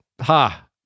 Ha